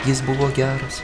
jis buvo geras